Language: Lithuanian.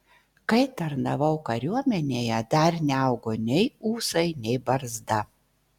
kai tarnavau kariuomenėje dar neaugo nei ūsai nei barzda